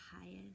highest